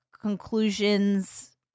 conclusions